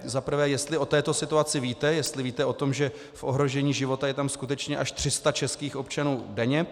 Za prvé, jestli o této situaci víte, jestli víte o tom, že v ohrožení života tam skutečně až 300 českých občanů denně.